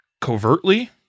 covertly